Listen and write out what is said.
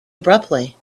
abruptly